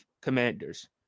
Commanders